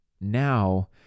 now